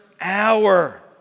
hour